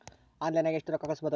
ಆನ್ಲೈನ್ನಾಗ ಎಷ್ಟು ರೊಕ್ಕ ಕಳಿಸ್ಬೋದು